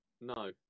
No